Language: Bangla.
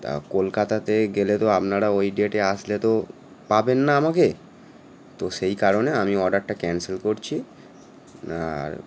তা কলকাতাতে গেলে তো আপনারা ওই ডেটে আসলে তো পাবেন না আমাকে তো সেই কারণে আমি অর্ডারটা ক্যানসেল করছি না আর